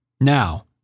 Now